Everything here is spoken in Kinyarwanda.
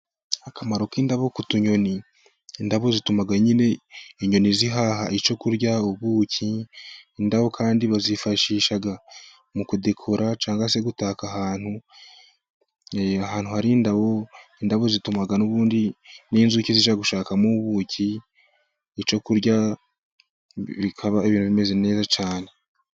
Akamaro k'indabo ku tunyoni indabo zituma nyine inyoni zihaha icyo kurya ubuki, indabo kandi bazifashisha mu kudekora cyangwa se gutaka ahantu. Ahantu hari indabo n'inzuki zijya gushakamo ubuki, icyo kurya bikaba ibintu bimeze neza cyane.